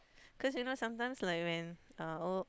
cause you know sometimes like when uh old